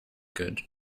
good